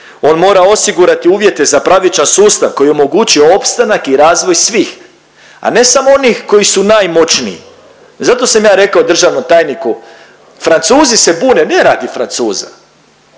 On mora osigurati uvjete za pravičan sustav koji omogućuje opstanak i razvoj svih, a ne samo onih koji su najmoćniji. Zato sam ja rekao državnom tajniku Francuzi se bune ne radi Francuza,